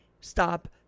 Stop